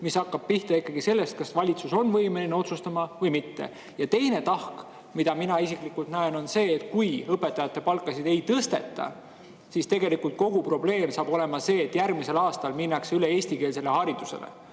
mis hakkab pihta sellest, kas valitsus on võimeline otsustama või mitte. Teine tahk, mida mina isiklikult näen, on see, et kui õpetajate palkasid ei tõsteta, siis tegelikult saab kogu probleem olema see, et kui järgmisel aastal minnakse üle eestikeelsele haridusele,